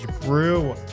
brew